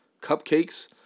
cupcakes